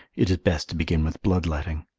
it is best to begin with bloodletting.